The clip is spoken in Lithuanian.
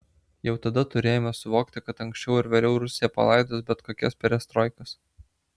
jau tada turėjome suvokti kad anksčiau ar vėliau rusija palaidos bet kokias perestroikas